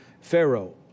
Pharaoh